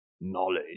knowledge